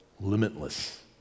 limitless